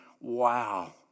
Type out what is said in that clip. wow